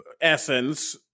essence